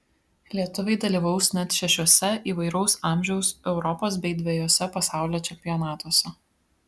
lietuviai dalyvaus net šešiuose įvairaus amžiaus europos bei dvejuose pasaulio čempionatuose